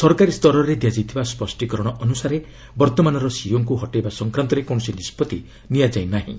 ସରକାରୀ ସ୍ତରରେ ଦିଆଯାଇଥିବା ସ୍ୱଷ୍ଟୀକରଣ ଅନୁସାରେ ବର୍ତ୍ତମାନର ସିଇଓଙ୍କୁ ହଟେଇବା ସଂକ୍ରାନ୍ତରେ କୌଣସି ନିଷ୍କଭି ନିଆଯାଇ ନାହିଁ